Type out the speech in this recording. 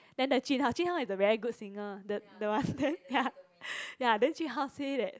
then the jun hao jun hao is a very good singer the the one then ya ya then jun hao say that